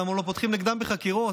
למה לא פותחים נגדם בחקירות?